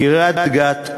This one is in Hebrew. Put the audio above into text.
מקריית-גת,